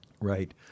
Right